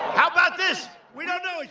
how about this? we don't know each